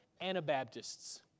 Anabaptists